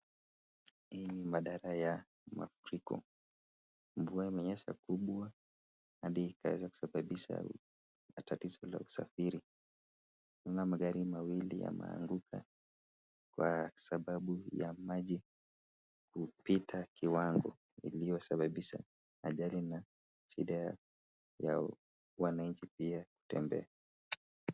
Hii ni madhara ya mafuriko. Mvua imenyesha kubwa hadi ikaweza kusababisha hatari la usafiri. Naona magari mawili yameanguka kwasababu ya maji kupita kiwango iliyo sababisha ajali na shida ya wananchi pia kutembea.